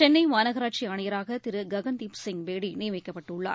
சென்னைமாநகராட்சிஆணையராகதிருககன் Deep Singh பேடிநியமிக்கப்பட்டுள்ளார்